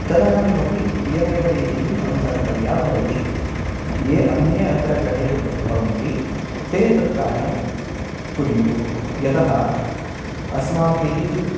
तदानीम् अपि इयमेव रीतिः अनुसर्तव्या भवति ये अन्ये अत्र ग्रहे उ भवन्ति ते तत् कार्यं कुर्युः यतः अस्माभिः